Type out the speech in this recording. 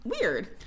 Weird